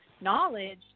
knowledge